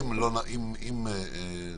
גם אנחנו תומכים בהצעה הזו.